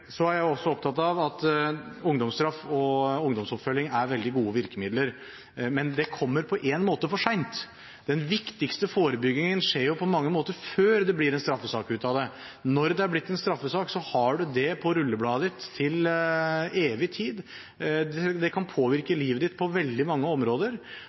er også opptatt av at ungdomsstraff og ungdomsoppfølging er veldig gode virkemidler, men det kommer for sent. Den viktigste forebyggingen skjer på mange måter før det blir en straffesak ut av det. Når det er blitt en straffesak, har man det på rullebladet sitt til evig tid og kan påvirke livet på veldig mange områder.